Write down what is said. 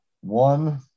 one